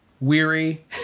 weary